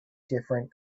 different